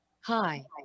Hi